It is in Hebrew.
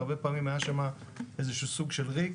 והרבה פעמים היה שם איזשהו סוג של ריק,